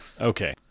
Okay